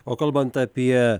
o kalbant apie